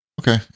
Okay